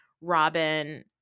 Robin